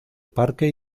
parque